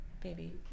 baby